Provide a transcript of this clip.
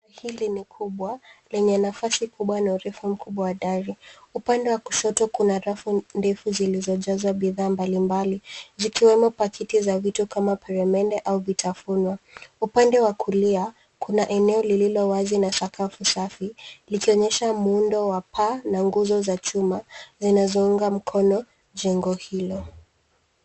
Hili ni kubwa lenye nafasi kubwa na urefu mkubwa wa dari. Upande wa kushoto kuna rafu ndefu zilizojazwa bidhaa mbalimbali zikiwemo paketi za vitu kama peremende au vitafuno. Upande wa kulia kuna eneo lililo wazi na sakafu safi likionyesha muundo wa paa na nguzo za chuma zinazounga mkono jengo hilo.